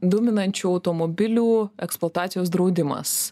dūminančių automobilių eksploatacijos draudimas